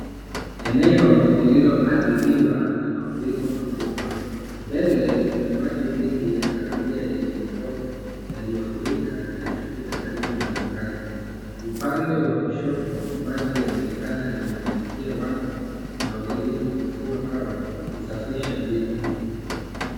Eneo lililoadhiriwa na mafuriko makubwa. Mbele kuna maji mengi ya kahawia yenye matope yaliyofurika yakipita karibu na makazi. Upande wa kushoto maji yanaonekana yamewafikia watu wanaojaribu kufua au kusafisha vitu.